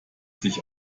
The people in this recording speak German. sich